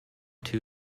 two